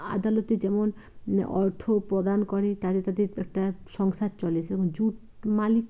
আদালতে যেমন অর্থ প্রদান করে তাদের একটা সংসার চলে সেরকম জুট মালিক